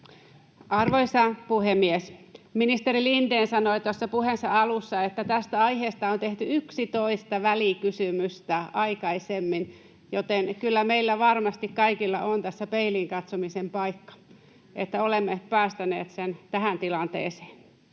Arvoisa puhemies! Ministeri Lindén sanoi tuossa puheensa alussa, että tästä aiheesta on tehty 11 välikysymystä aikaisemmin, joten kyllä meillä kaikilla varmasti on tässä peiliin katsomisen paikka, kun olemme päästäneet sen tähän tilanteeseen.